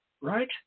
right